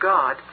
God